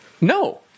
No